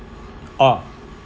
oh